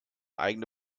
eigene